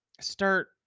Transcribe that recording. start